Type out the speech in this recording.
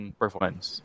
performance